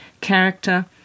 character